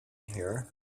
here